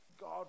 God